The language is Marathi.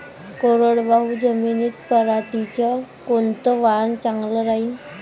कोरडवाहू जमीनीत पऱ्हाटीचं कोनतं वान चांगलं रायीन?